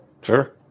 Sure